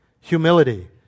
Humility